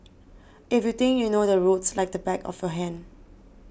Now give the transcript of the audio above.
if you think you know the roads like the back of your hand